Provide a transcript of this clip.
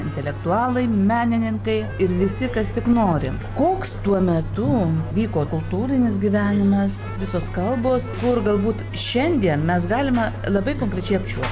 intelektualai menininkai ir visi kas tik nori koks tuo metu vyko kultūrinis gyvenimas visos kalbos kur galbūt šiandien mes galime labai konkrečiai apčiuopti